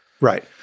right